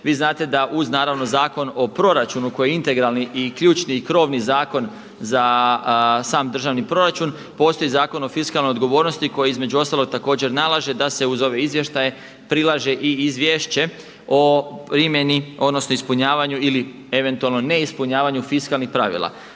Vi znate da uz naravno Zakon o proračunu koji je integralni i ključni i krovni zakon za sam državni proračun postoji Zakon o fiskalnoj odgovornosti koji između ostalog također nalaže da se uz ove izvještaje prilaže i izvješće o primjeni, odnosno ispunjavanju ili eventualno neispunjavanju fiskalnih pravila.